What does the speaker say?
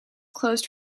closed